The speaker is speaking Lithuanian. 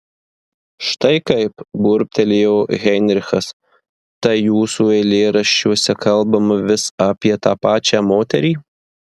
štai kaip burbtelėjo heinrichas tai jūsų eilėraščiuose kalbama vis apie tą pačią moterį